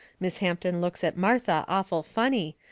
miss hampton looks at martha awful funny,